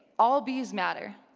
all bees matter,